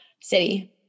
City